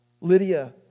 Lydia